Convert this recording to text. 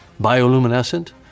bioluminescent